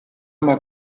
ama